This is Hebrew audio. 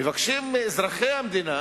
מבקשים מאזרחי המדינה